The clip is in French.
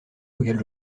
auxquels